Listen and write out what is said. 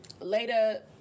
later